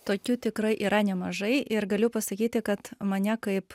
tokių tikrai yra nemažai ir galiu pasakyti kad mane kaip